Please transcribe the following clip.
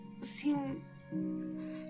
seem